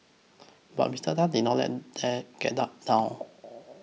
but Mister Tan did not let that get him down